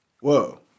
whoa